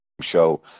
show